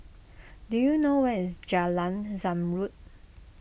do you know where is Jalan Zamrud